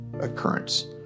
occurrence